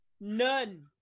None